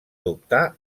dubtar